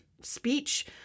speech